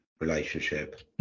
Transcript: relationship